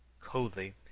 coldly,